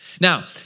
Now